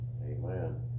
Amen